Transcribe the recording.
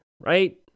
right